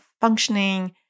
functioning